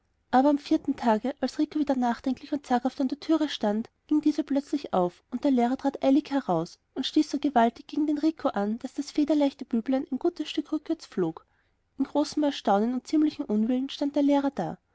aber am vierten tage als rico wieder nachdenklich und zaghaft an der tür stand ging diese plötzlich auf und der lehrer trat eilig heraus und stieß so gewaltig gegen den rico an daß das federleichte büblein ein gutes stück rückwärts flog in großem erstaunen und ziemlichem unwillen stand der lehrer da